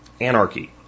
anarchy